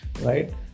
Right